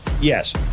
Yes